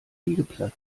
liegeplatz